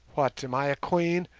what, am i a queen,